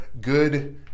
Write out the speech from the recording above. good